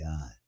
God